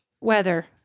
weather